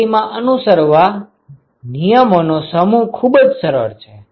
ગણતરીમાં અનુસરવા નિયમોનો સમૂહ ખુબજ સરળ છે